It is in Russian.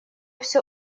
все